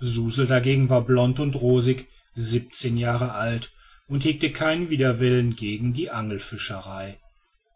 suzel dagegen war blond und rosig siebenzehn jahre alt und hegte keinen widerwillen gegen die angelfischerei